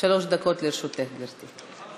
שלוש דקות לרשותך, גברתי.